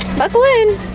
buckle in.